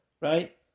right